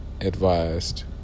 advised